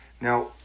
Now